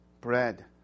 bread